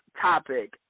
topic